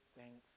thanks